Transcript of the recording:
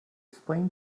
explain